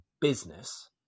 business